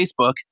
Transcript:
Facebook